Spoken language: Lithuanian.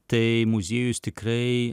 tai muziejus tikrai